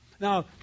Now